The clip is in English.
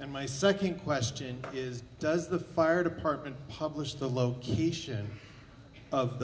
and my second question is does the fire department publish the location of